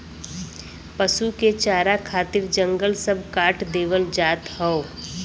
पसु के चारा खातिर जंगल सब काट देवल जात हौ